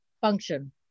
function